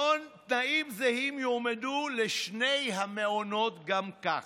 תנאים זהים יועמדו לשני המעונות גם כך.